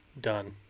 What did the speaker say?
Done